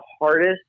hardest